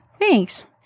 Thanks